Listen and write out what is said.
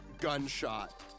gunshot